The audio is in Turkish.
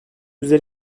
üstü